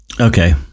Okay